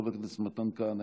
חבר הכנסת מתן כהנא,